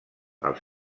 als